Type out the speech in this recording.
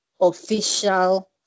official